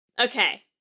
Okay